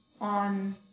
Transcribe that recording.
on